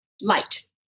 light